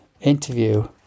interview